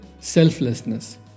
Selflessness